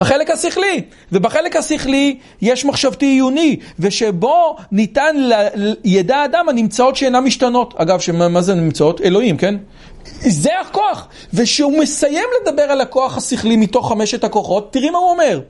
החלק השכלי, ובחלק השכלי יש מחשבתי עיוני שבו ניתן, יידע האדם הנמצאות שאינן משתנות. אגב, מה זה נמצאות? אלוהים, כן? זה הכוח, ושהוא מסיים לדבר על הכוח השכלי מתוך חמשת הכוחות, תראי מה הוא אומר.